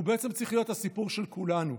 הוא בעצם צריך להיות הסיפור של כולנו.